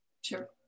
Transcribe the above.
Sure